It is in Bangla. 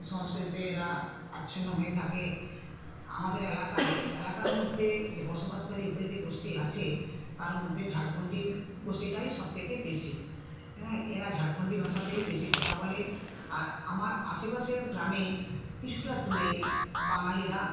সংস্কৃতিতে এরা আচ্ছন্ন হয়ে থাকে আমাদের এলাকায় এলাকার মধ্যে যে বসবাসকারী উপজাতি গোষ্ঠী আছে তার মধ্যে ঝাড়খন্ডী গোষ্ঠীটাই সব থেকে বেশি হ্যাঁ এরা ঝাড়খন্ডী ভাষাতেই বেশি কথা বলে আর আমার আশেপাশের গ্রামে কিছুটা দূরে বাঙালিরা